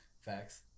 Facts